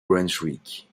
brunswick